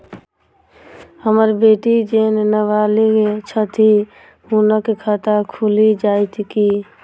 हम्मर बेटी जेँ नबालिग छथि हुनक खाता खुलि जाइत की?